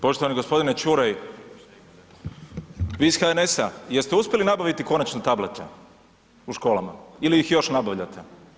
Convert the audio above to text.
Poštovani g. Čuraj, vi iz HNS-a, jeste uspjeli nabaviti konačno tablete u školama ili ih još nabavljate?